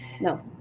No